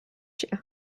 you